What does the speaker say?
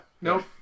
Nope